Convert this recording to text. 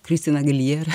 kristina giljer